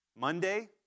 Monday